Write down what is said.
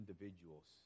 individuals